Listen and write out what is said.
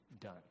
done